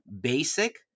basic